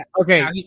okay